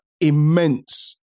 immense